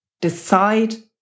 Decide